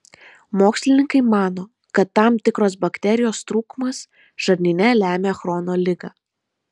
mokslininkai mano kad tam tikros bakterijos trūkumas žarnyne lemia chrono ligą